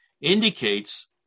indicates